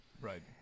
Right